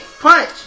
punch